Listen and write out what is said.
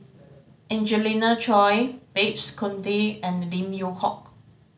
Angelina Choy Babes Conde and Lim Yew Hock